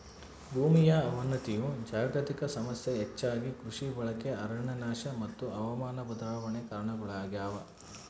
ಭೂಮಿಯ ಅವನತಿಯು ಜಾಗತಿಕ ಸಮಸ್ಯೆ ಹೆಚ್ಚಾಗಿ ಕೃಷಿ ಬಳಕೆ ಅರಣ್ಯನಾಶ ಮತ್ತು ಹವಾಮಾನ ಬದಲಾವಣೆ ಕಾರಣಗುಳಾಗ್ಯವ